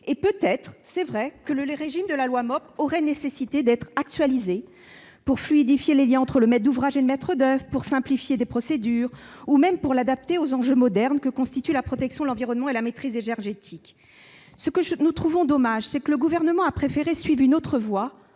Certes, cette loi aurait sans doute nécessité d'être actualisée pour fluidifier les liens entre le maître d'ouvrage et le maître d'oeuvre, simplifier des procédures ou s'adapter aux enjeux modernes que constituent la protection de l'environnement et la maîtrise énergétique. Ce que nous trouvons dommage, c'est que le Gouvernement ait préféré suivre une autre voie